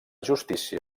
justícia